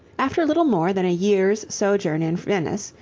after little more than a year's sojourn in venice,